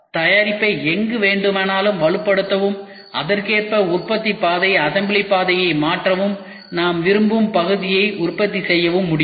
தயாரிப்பை எங்கு வேண்டுமானாலும் வலுப்படுத்தவும் அதற்கேற்ப உற்பத்தி பாதை அசம்பிளி பாதையை மாற்றவும் நாம் விரும்பும் பகுதியை உற்பத்தி செய்யவும் முடியும்